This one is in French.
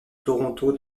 toronto